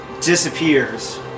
disappears